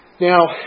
Now